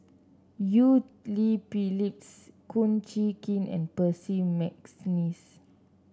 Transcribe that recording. Eu Cheng Li Phyllis Kum Chee Kin and Percy McNeice